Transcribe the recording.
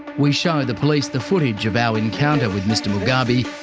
we show the police the footage of our encounter with mr. mugabe,